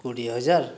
କୋଡ଼ିଏ ହଜାର